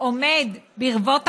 עומד ברבות הימים,